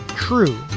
true,